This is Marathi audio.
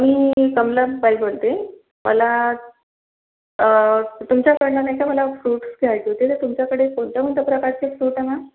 मी कमलाताई बोलते मला तुमच्याकडनं नाही का मला फ्रुट्स घ्यायचे होते ते तुमच्याकडे कोणत्या कोणत्या प्रकारचे फ्रुट आहे मॅम